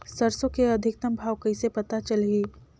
सरसो के अधिकतम भाव कइसे पता चलही?